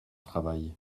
travail